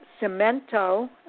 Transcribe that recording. Cimento